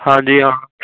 ਹਾਂਜੀ ਹਾਂ